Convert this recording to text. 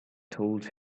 told